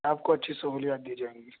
آپ کو اچھی سہولیات دی جائیں گی